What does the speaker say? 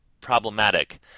problematic